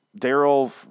Daryl